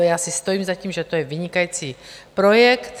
Já si stojím za tím, že to je vynikající projekt.